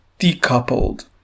decoupled